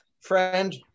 Friend